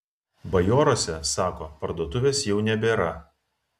bajoruose sako parduotuvės jau nebėra